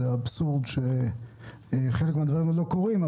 זה אבסורד שחלק מהדברים האלה לא קורים,